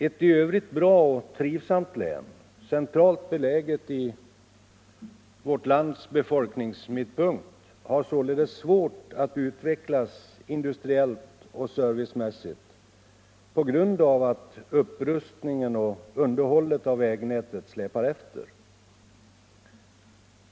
Ett i övrigt bra och trivsamt län, centralt beläget i vårt lands befolkningsmittpunkt, har således svårt att utvecklas industriellt och servicemässigt på grund av att upprustningen och underhållet av vägnätet släpar efter.